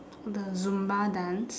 the zumba dance